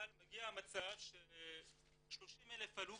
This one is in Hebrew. אבל מגיע מצב ש-30,000 עלו,